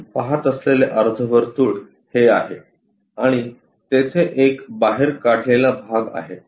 आपण पाहत असलेले अर्धवर्तुळ हे आहे आणि तेथे एक बाहेर काढलेला भाग आहे